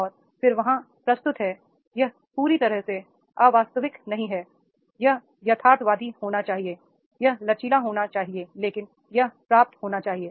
और फिर यहाँ प्रस्तुत है यह पूरी तरह से अवास्तविक नहीं है यह यथार्थवादी होना चाहिए यह लचीला होना चाहिए लेकिन यह प्राप्त होना चाहिए